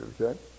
okay